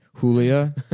Julia